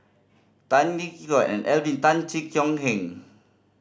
Tan Tee Yoke Alvin Tan Cheong Kheng